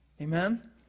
Amen